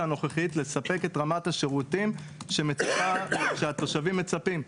הנוכחית לספק את רמת השירותים שהתושבים מצפים אליה.